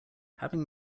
having